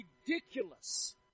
ridiculous